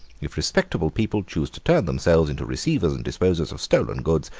if respectable people choose to turn themselves into receivers and disposers of stolen goods,